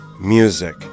music